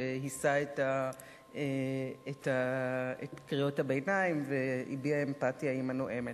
שהסה את קריאות הביניים והביע אמפתיה לנואמת.